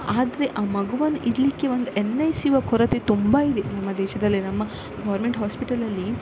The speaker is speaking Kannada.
ಆದರೆ ಆ ಮಗುವನ್ನು ಇಡಲಿಕ್ಕೆ ಒಂದು ಎನ್ ಐ ಸಿಯ ಕೊರತೆ ತುಂಬ ಇದೆ ನಮ್ಮ ದೇಶದಲ್ಲಿ ನಮ್ಮ ಗೋರ್ಮೆಂಟ್ ಹಾಸ್ಪಿಟಲಲ್ಲಿ